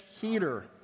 heater